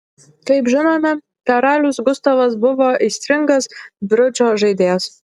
kaip žinome karalius gustavas buvo aistringas bridžo žaidėjas